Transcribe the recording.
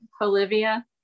Olivia